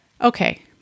Okay